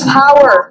power